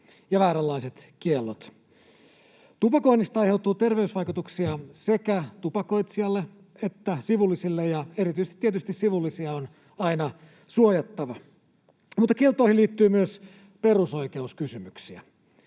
tässä asiassa. Tupakoinnista aiheutuu terveysvaikutuksia sekä tupakoitsijalle että sivullisille, ja erityisesti tietysti sivullisia on aina suojattava, mutta kieltoihin liittyy myös perusoikeuskysymyksiä.